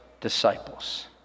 disciples